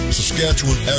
Saskatchewan